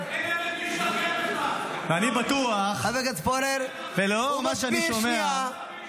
הוא מסביר שנייה.